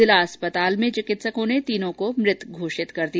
जिला चिकित्सालय में चिकित्सकों ने तीनों को मृत घोषित कर दिया